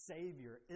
Savior